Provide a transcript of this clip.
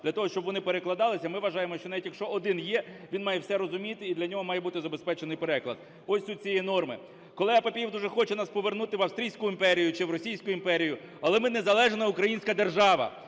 для того, вони перекладалися. Ми вважаємо, що навіть, якщо один є, він має все розуміти і для нього має бути забезпечений переклад. Ось суть цієї норми. Колега Папієв дуже хоче нас повернути в Австрійську імперію чи в Російську імперію. Але ми – незалежна українська держава.